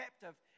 captive